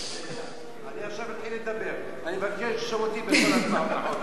אני מבקש להוריד אותי מכל הצעות החוק.